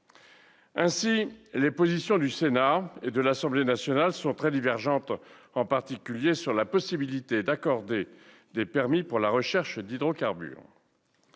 Ainsi, les positions du Sénat et de l'Assemblée nationale sont très divergentes, en particulier sur la possibilité d'accorder des permis pour la recherche d'hydrocarbures.